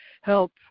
help